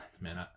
man